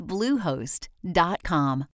Bluehost.com